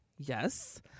Yes